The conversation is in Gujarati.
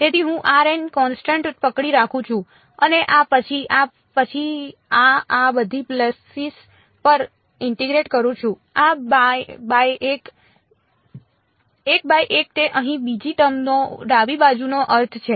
તેથી હું કોન્સટન્ટ પકડી રાખું છું અને આ પછી આ પછી આ આ બધી પલ્સીસ્ પર ઇન્ટીગ્રેટ કરું છું 1 બાય 1 તે અહીં બીજી ટર્મનો ડાબી બાજુનો અર્થ છે